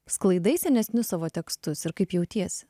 sklaidai senesnius savo tekstus ir kaip jautiesi